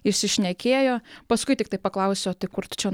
išsišnekėjo paskui tiktai paklausė o tai kur tu čia